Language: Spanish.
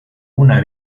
una